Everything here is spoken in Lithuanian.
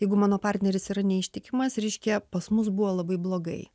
jeigu mano partneris yra neištikimas reiškia pas mus buvo labai blogai